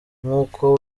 nk’uko